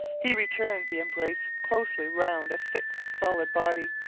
he returned the embrace closely round a thick solid body.